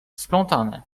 splątane